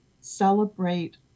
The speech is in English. celebrate